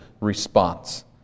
response